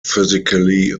physically